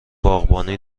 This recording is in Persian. باغبانی